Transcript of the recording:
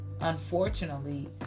unfortunately